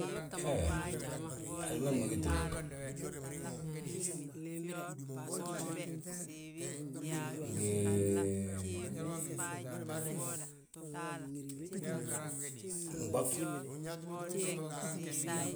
Heee, alman ma gitilu ngiii nɓof.